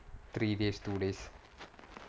three days two days